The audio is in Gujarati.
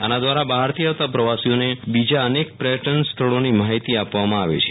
આના દ્વારા બહારથી આવતા પ્રવાસીઓને બીજા અનેક પર્યટન સ્થળો ની માહિતી આપવામા આવે છે